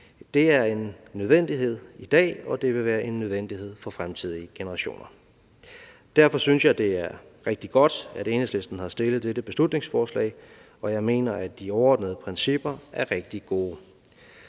Det er en nødvendighed i dag, og det vil være en nødvendighed for fremtidige generationer. Derfor synes jeg, det er rigtig godt, at Enhedslisten har fremsat dette beslutningsforslag, og jeg mener, at de overordnede principper er rigtig gode.